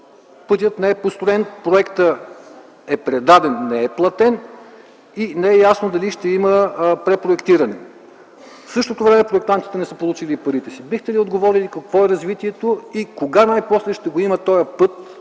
пътят не е построен. Проектът е предаден, но не е платен. Не е ясно ще има ли препроектиране. В същото време проектантите не са получили парите си. Бихте ли отговорили: какво е развитието? Кога най-после ще го има този път?!